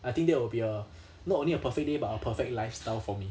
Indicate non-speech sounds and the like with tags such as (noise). I think that will be a (breath) not only a perfect day but a perfect lifestyle for me